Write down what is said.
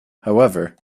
however